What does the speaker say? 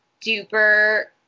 duper